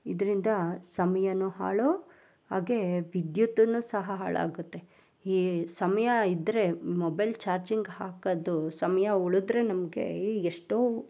ಇದರಿಂದ ಸಮಯವು ಹಾಳು ಹಾಗೇ ವಿದ್ಯುತ್ತು ಸಹ ಹಾಳಾಗುತ್ತೆ ಈ ಸಮಯ ಇದ್ದರೆ ಮೊಬೈಲ್ ಚಾರ್ಜಿಂಗ್ ಹಾಕೋದು ಸಮಯ ಉಳಿದ್ರೆ ನಮ್ಗೆ ಎಷ್ಟೋ